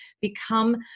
become